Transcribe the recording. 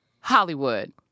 Hollywood